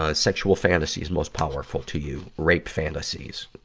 ah sexual fantasies most powerful to you rape fantasies.